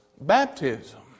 baptism